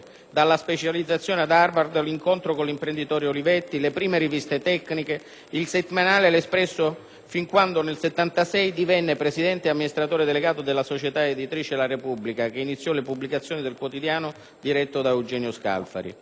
la specializzazione ad Harvard, l'incontro con l'imprenditore Olivetti, le prime riviste tecniche, il settimanale «L'Espresso», fin quando nel 1976 divenne presidente e amministratore delegato della società editrice «la Repubblica», che iniziò le pubblicazioni del quotidiano diretto da Eugenio Scalfari.